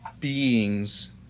beings